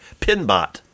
Pinbot